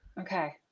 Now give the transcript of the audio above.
Okay